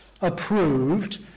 approved